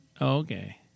Okay